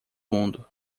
mundo